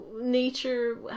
nature